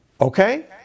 Okay